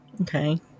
Okay